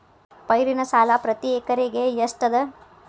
ಪೈರಿನ ಸಾಲಾ ಪ್ರತಿ ಎಕರೆಗೆ ಎಷ್ಟ ಅದ?